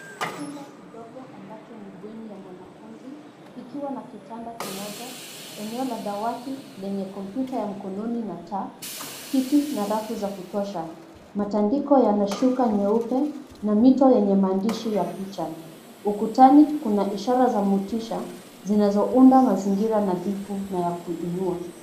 Chumba kidogo ambacho ni bweni ya mwanafunzi kikiwa na kitanda kimoja, eneo la dawati lenye kompyuta ya mkononi na taa, kiti na rafu za kutosha. Matandiko yana shuka nyeupe na miti yenye maandishi ya picha. Ukutani kuna picha za motisha zinazounda mazingira nadhifu na ya kuinua.